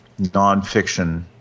nonfiction